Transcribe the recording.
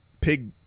pig